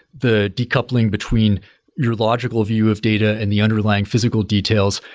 the decoupling between neurological view of data and the underlying physical details,